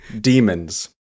demons